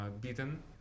beaten